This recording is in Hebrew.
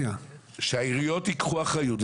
שהעיריות ייקחו אחריות,